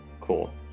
Cool